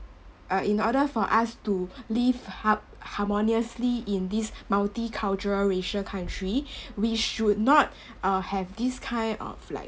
uh in order for us to live harm~ harmoniously in this multicultural racial country we should not uh have this kind of like